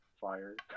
fired